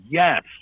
yes